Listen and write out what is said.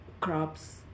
crops